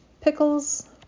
pickles